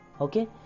Okay